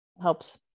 helps